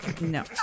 No